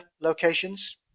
locations